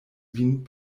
vin